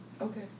Okay